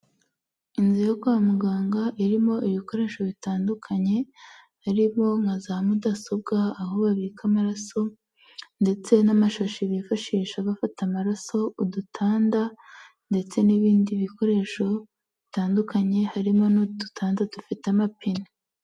Inzu yo kwa muganga irimo ibikoresho bitandukanye, birimo nka za mudasobwa, aho babika amaraso ndetse n'amashashi bifashisha bafata amaraso, udutanda ndetse n'ibindi bikoresho bitandukanye, harimo n'udutanda dufite amapine.